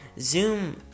Zoom